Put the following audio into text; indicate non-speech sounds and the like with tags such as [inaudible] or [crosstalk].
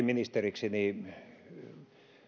[unintelligible] ministeriksi niin